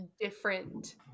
different